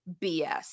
BS